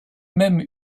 même